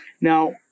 Now